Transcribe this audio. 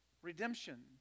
Redemption